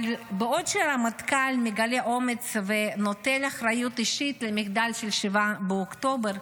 אבל בעוד הרמטכ"ל מגלה אומץ ונוטל אחריות אישית על המחדל של 7 באוקטובר,